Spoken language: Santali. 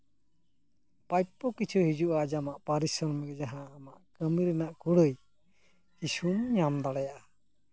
ᱯᱨᱟᱯᱯᱚ ᱠᱤᱪᱷᱩ ᱦᱤᱡᱩᱜᱼᱟ ᱟᱢᱟᱜ ᱯᱟᱨᱤᱥᱨᱚᱢᱤᱠ ᱡᱟᱦᱟᱸ ᱠᱟᱹᱢᱤ ᱨᱮᱱᱟᱜ ᱠᱩᱲᱟᱹᱭ ᱠᱤᱪᱷᱩᱢ ᱧᱟᱢ ᱫᱟᱲᱮᱭᱟᱜᱼᱟ